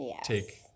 take